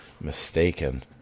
mistaken